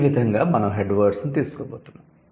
ఈ విధంగా మనం 'హెడ్ వర్డ్స్' ను తీసుకోబోతున్నాం